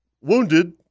wounded